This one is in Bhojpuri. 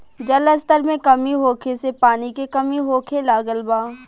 जल स्तर में कमी होखे से पानी के कमी होखे लागल बा